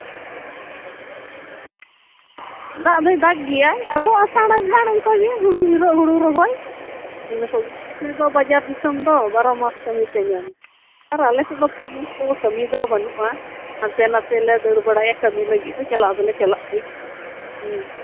ᱫᱟᱜ ᱫᱚᱭ ᱫᱟᱜᱽ ᱜᱮᱭᱟᱭ ᱟᱫᱚ ᱟᱥᱟᱲ ᱟᱸᱜᱷᱟᱬ ᱚᱱᱠᱟ ᱜᱮ ᱦᱩᱲᱩ ᱤᱨᱚᱜ ᱦᱩᱲᱩ ᱨᱚᱦᱚᱭ ᱚᱱᱟ ᱠᱚᱜᱮ ᱟᱯᱮ ᱫᱚ ᱵᱟᱡᱟᱨ ᱫᱤᱥᱚᱢ ᱛᱚ ᱵᱟᱨᱚ ᱢᱟᱥ ᱠᱟᱹᱢᱤ ᱯᱮ ᱧᱟᱢᱟ ᱟᱨ ᱟᱞᱮ ᱥᱮᱫ ᱫᱚ ᱩᱱᱟᱹᱜ ᱫᱚ ᱠᱟᱹᱢᱤ ᱫᱚ ᱵᱟᱹᱱᱩᱜᱼᱟ ᱦᱟᱱᱛᱮ ᱱᱟᱛᱮ ᱞᱮ ᱫᱟᱹᱲ ᱵᱟᱲᱟᱭᱟ ᱠᱟᱹᱢᱤ ᱞᱟᱹᱜᱤᱫ ᱫᱚ ᱪᱟᱞᱟᱣ ᱫᱚᱞᱮ ᱪᱟᱞᱟᱜ ᱜᱮᱭᱟ ᱦᱩᱸ